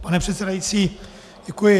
Pane předsedající, děkuji.